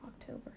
October